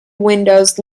windows